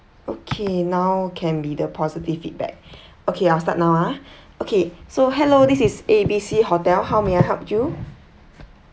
okay now can be the positive feedback okay I'll start now ah okay so hello this is A B C hotel how may I help you